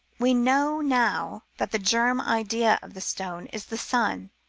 we know now that the germ idea of the stone is the sun,